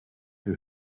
who